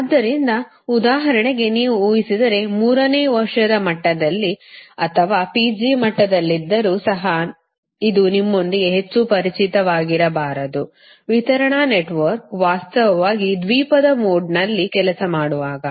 ಆದ್ದರಿಂದ ಉದಾಹರಣೆಗೆ ನೀವು ಊಹಿಸಿದರೆ ಮೂರನೇ ವರ್ಷದ ಮಟ್ಟದಲ್ಲಿ ಅಥವಾ PG ಮಟ್ಟದಲ್ಲಿದ್ದರೂ ಸಹ ಇದು ನಿಮ್ಮೊಂದಿಗೆ ಹೆಚ್ಚು ಪರಿಚಿತವಾಗಿರಬಾರದು ವಿತರಣಾ ನೆಟ್ವರ್ಕ್ ವಾಸ್ತವವಾಗಿ ದ್ವೀಪದ ಮೋಡ್ನಲ್ಲಿ ಕೆಲಸ ಮಾಡುವಾಗ